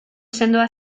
sendoa